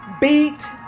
beat